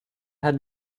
had